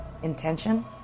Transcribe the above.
intention